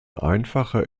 einfache